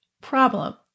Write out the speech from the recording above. problem